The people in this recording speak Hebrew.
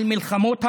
על מלחמות העולם,